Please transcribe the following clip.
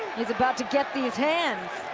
it's about to get these hands.